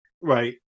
right